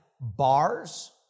bars